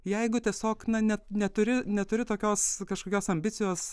jeigu tiesiog na net neturi neturi tokios kažkokios ambicijos